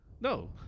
No